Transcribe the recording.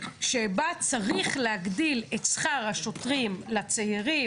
שצריך להגדיל את שכר השוטרים לצעירים